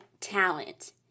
talent